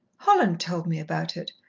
holland told me about it.